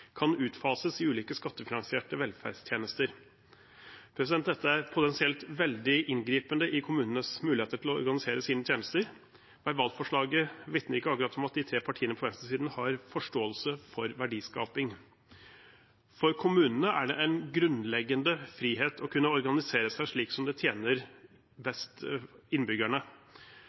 kan utfases i ulike skattefinansierte velferdstjenester». Dette er potensielt veldig inngripende i kommunenes muligheter til å organiseres sine tjenester. Verbalforslaget vitner ikke akkurat om at de tre partiene på venstresiden har forståelse for verdiskaping. For kommunene er det en grunnleggende frihet å kunne organisere seg slik som det tjener innbyggerne best